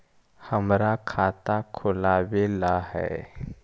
हमरा खाता खोलाबे ला है?